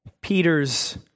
Peter's